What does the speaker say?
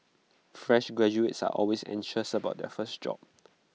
fresh graduates are always anxious about their first job